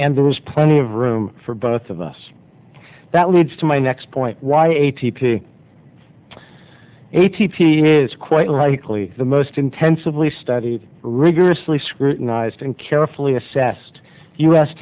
and there's plenty of room for both of us that leads to my next point why a t p a t p is quite likely the most intensively studied rigorously scrutinized and carefully assessed u